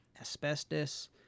asbestos